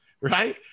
right